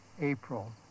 April